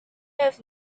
have